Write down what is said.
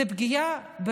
זו פגיעה.